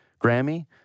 Grammy